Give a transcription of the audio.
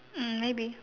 mm maybe